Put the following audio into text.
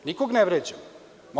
Nikoga ne vređam.